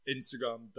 Instagram